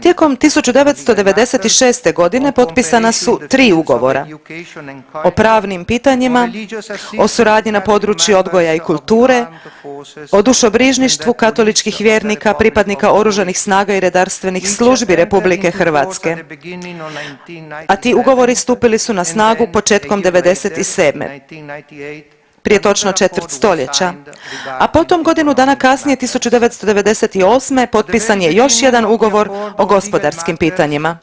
Tijekom 1996. godine potpisana su tri ugovora o pravnim pitanjima, o suradnji na području odgoja i kulture, o dušobrižništvu katoličkih vjernika, pripadnika Oružanih snaga i redarstvenih službi Republike Hrvatske, a ti ugovori stupili su na snagu početkom '97. prije točno četvrt stoljeća, a potom godinu dana kasnije 1998. potpisan je još jedan ugovor o gospodarskim pitanjima.